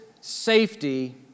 safety